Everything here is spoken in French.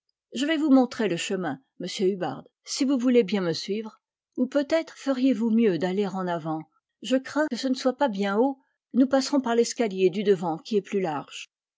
je vais vous montrer le chemin monsieur ilub bard si vous voulez bien me suivre ou peut-être feriez-vous mieux d'aller en avant je crains que ce ne soit bien haut nous passerons par l'escalier du devant qui est plus large